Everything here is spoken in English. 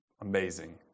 amazing